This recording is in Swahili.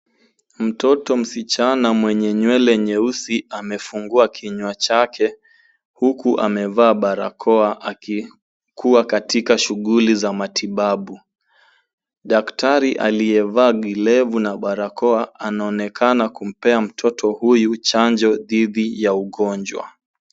Mtoto msichana mwenye nywele nyeusi amefungua kinywa chake, huku amevaa barakoa akikuwa katika shughuli za matibabu. Daktari aliyevaa glavu na barakoa anaonekana kumpea mtoto huyu chanjo dhidi ya ugonjwa.